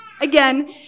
Again